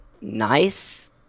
nice